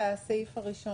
ההסתייגות הזאת